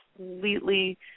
completely